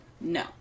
No